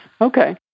Okay